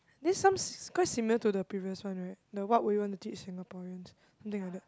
then some s~ is quite similar to the previous one right the what would you want to teach Singaporeans something like that